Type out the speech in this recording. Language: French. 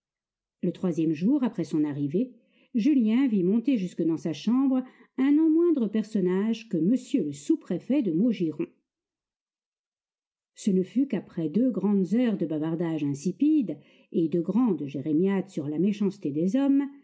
le troisième jour après son arrivée julien vit monter jusque dans sa chambre un non moindre personnage que m le sous-préfet de maugiron ce ne tut qu'après doux grandes heures de bavardage insipide et de grandes jérémiades sur la méchanceté des hommes